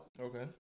Okay